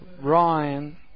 Ryan